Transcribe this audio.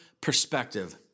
perspective